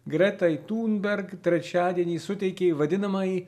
gretai tunberg trečiadienį suteikė vadinamąjį